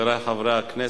חברי חברי הכנסת,